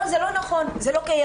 לא, זה לא נכון, זה לא קיים.